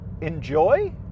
enjoy